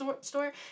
store